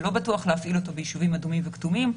ולא בטוח להפעיל אותו בישובים אדומים וכתומים,